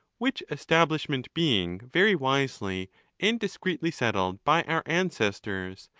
which establishment being very wisely and discreetly settled by our ancestors,